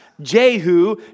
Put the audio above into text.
Jehu